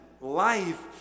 life